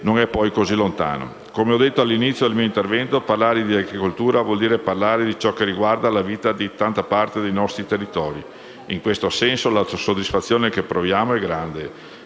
non è più così lontano. Come ho detto all'inizio del mio intervento, parlare di agricoltura vuol dire parlare di ciò che riguarda la vita di tanta parte dei nostri territori: in questo senso la soddisfazione che proviamo è grande,